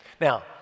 Now